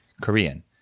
Korean